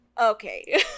Okay